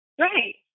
Right